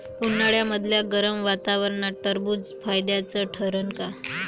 उन्हाळ्यामदल्या गरम वातावरनात टरबुज फायद्याचं ठरन का?